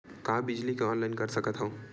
का बिजली के ऑनलाइन कर सकत हव?